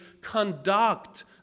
conduct